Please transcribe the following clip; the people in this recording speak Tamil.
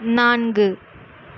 நான்கு